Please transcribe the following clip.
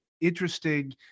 interesting